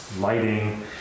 lighting